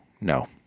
no